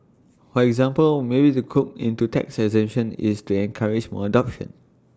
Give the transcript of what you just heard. for example maybe they cook into tax exemption is to encourage more adoption